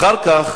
אחר כך